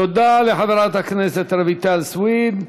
תודה לחברת הכנסת רויטל סויד.